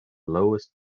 lowest